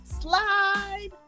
Slide